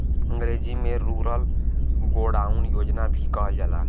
अंग्रेजी में rural godown योजना भी कहल जाला